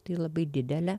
tai labai didelė